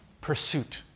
pursuit